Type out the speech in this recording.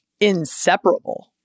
inseparable